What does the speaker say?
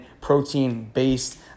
protein-based